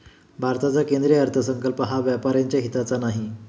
भारताचा केंद्रीय अर्थसंकल्प हा व्यापाऱ्यांच्या हिताचा नाही